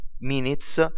minutes